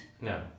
No